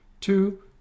Two